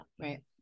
right